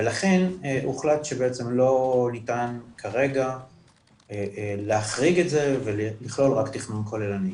ולכן הוחלט שבעצם לא ניתן כרגע להחריג את זה ולכלול רק תכנון כוללני.